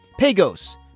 Pagos